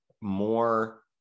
more